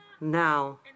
now